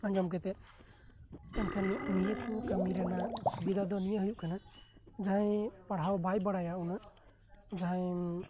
ᱟᱸᱡᱚᱢ ᱠᱟᱛᱮ ᱮᱱᱠᱷᱚᱱ ᱱᱤᱭᱟᱹ ᱠᱚ ᱠᱟᱹᱸᱤ ᱨᱮᱱᱟᱜ ᱥᱩᱵᱤᱫᱷᱟ ᱫᱚ ᱱᱤᱭᱟᱹ ᱦᱩᱭᱩᱜ ᱠᱟᱱᱟ ᱡᱟᱦᱟᱸᱭ ᱯᱟᱲᱦᱟᱣ ᱵᱟᱭ ᱵᱟᱲᱟᱭᱟ ᱩᱱᱟᱹᱜ